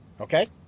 okay